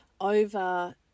over